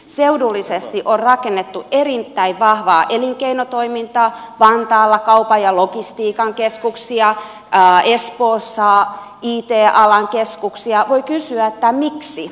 seudullisesti on rakennettu erittäin vahvaa elinkeinotoimintaa vantaalla kauppa ja logistiikan keskuksia ja espoossa on jätealan keskuksia voi kysyä miksi